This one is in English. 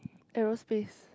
aerospace